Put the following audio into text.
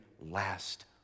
last